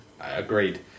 Agreed